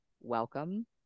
welcome